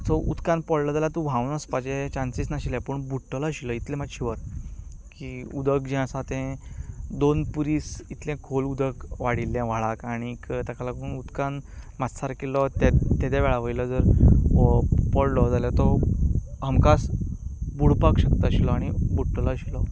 so उदकांत पडलो जाल्यार तूं व्हावून वचपाचे चांसीस नाशिल्ले पूण बुडटलो आशिल्लो इतले मात श्यूअर की उदक जें आसा तें दोन पुरीस इतलें खोल उदक वाडिल्लें व्हाळाक आनी ताका लागून उदकांत म्हाज्या सारकिलो त्या वेळा वयलो जर हो पडलो जाल्यार तो हमकास बुडपाक शकता आशिल्लो आनी बुडटलो आशिल्लो